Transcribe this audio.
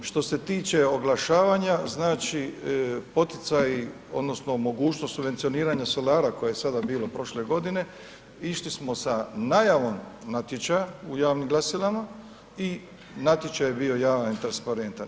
Što se tiče oglašavanja znači poticaji odnosno mogućnost subvencioniranja solara koje je sada bilo prošle godine išli smo sa najavom natječaja u javnim glasilima i natječaj je bio javan i transparentan.